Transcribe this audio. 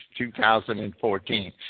2014